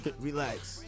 Relax